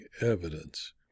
evidence